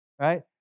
right